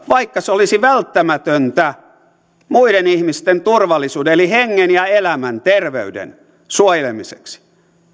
vaikka se olisi välttämätöntä muiden ihmisten turvallisuuden eli hengen ja elämän ja terveyden suojelemiseksi